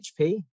HP